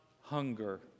hunger